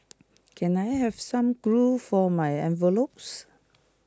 can I have some glue for my envelopes